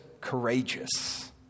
courageous